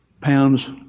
pounds